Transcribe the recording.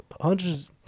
hundreds